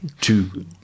two